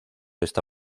esta